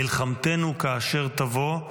"מלחמתנו, כאשר תבוא,